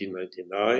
1999